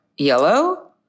yellow